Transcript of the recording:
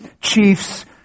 chiefs